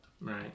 right